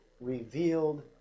revealed